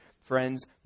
Friends